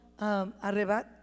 arrebato